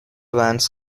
vans